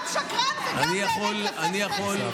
גם שקרן וגם באמת רפה שכל.